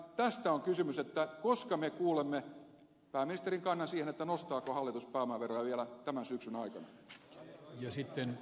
kysymys on siitä koska me kuulemme pääministerin kannan siihen nostaako hallitus pääomaveroja vielä tämän syksyn aikana